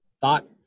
thought